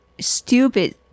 stupid